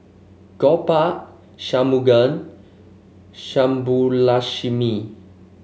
Gopal Shunmugam Subbulakshmi